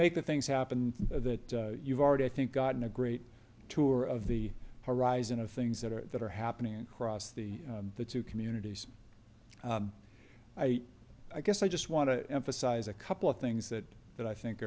the things happen that you've already i think gotten a great tour of the horizon of things that are that are happening across the the two communities i i guess i just want to emphasize a couple of things that that i think